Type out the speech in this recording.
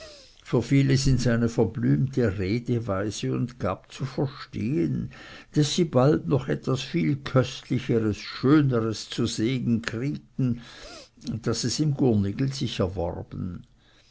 verfiel es in seine verblümte redeweise und gab zu verstehen daß sie bald noch etwas viel köstlicheres schöneres zu sehen kriegten das es im gurnigel sich erworben